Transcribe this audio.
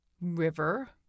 river